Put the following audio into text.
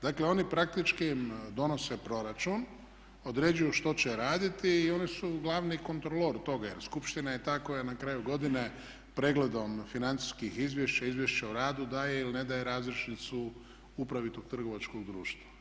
Dakle oni praktički donose proračun, određuju što će raditi i oni su glavni kontrolor toga jer skupština je ta koja na kraju godine pregledom financijskih izvješća, izvješća o radu daje ili ne daje razrješnicu upravi tog trgovačkog društva.